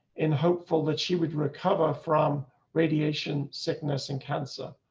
in hopeful that she would recover from radiation sickness and cancer.